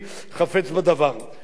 אני רק רוצה להזכיר לתושבים,